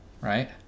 right